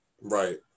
Right